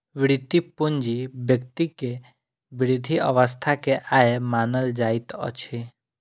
वृति पूंजी व्यक्ति के वृद्ध अवस्था के आय मानल जाइत अछि